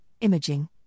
imaging